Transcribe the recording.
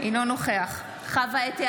אינו נוכח חוה אתי